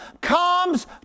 comes